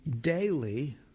daily